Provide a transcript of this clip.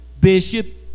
Bishop